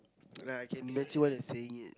ya okay I can imagine one is saying it